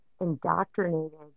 indoctrinated